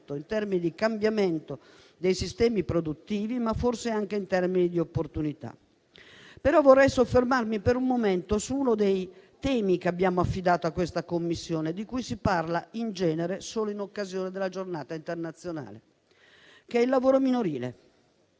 in termini di cambiamento dei sistemi produttivi, ma forse anche in termini di opportunità. Vorrei soffermarmi per un momento su uno dei temi che abbiamo affidato a questa Commissione, di cui si parla in genere solo in occasione della Giornata internazionale: il lavoro minorile.